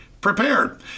prepared